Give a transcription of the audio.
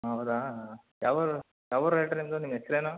ಹೌದಾ ಯಾವೂರು ಯಾವೂರು ಹೇಳಿ ರೀ ನಿಮ್ಮದು ಹೆಸರೇನು